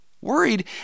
worried